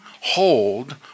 hold